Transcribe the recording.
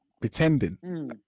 pretending